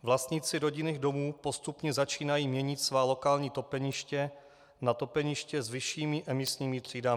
Vlastníci rodinných domů postupně začínají měnit svá lokální topeniště na topeniště s vyššími emisními třídami.